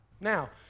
Now